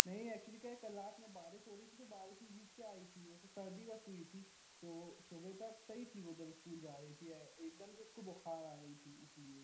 नहीं एक्चुली क्या है कल रात में बारिश हो रही थी तो बारिश में भीग के आई थी वो तो सर्दी बस हुई थी तो सुबह तक सही थी वो जब इस्कूल जा रही थी एकदम से उसको बुख़ार आ गई थी इसलिए